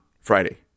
Friday